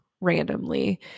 randomly